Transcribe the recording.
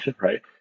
right